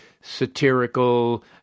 satirical